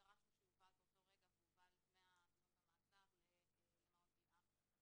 דרשנו שהוא יובא באותו רגע והוא הובל מהדיון במעצר למעון 'גילעם'.